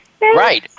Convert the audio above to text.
Right